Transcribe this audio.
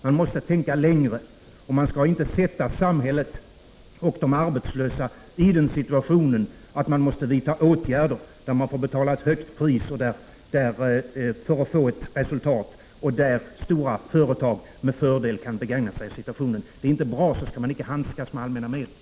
Man måste tänka längre. Man skall inte försätta samhället och de arbetslösa i den situationen att man måste vidta åtgärder som innebär att man får betala ett högt pris för att få ett resultat och att stora företag med fördel kan begagna sig av situationen. Det är inte bra, så skall man icke handskas med allmänna medel.